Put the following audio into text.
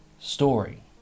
story